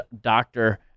doctor